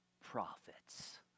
prophets